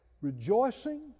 Rejoicing